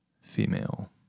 female